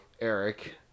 Eric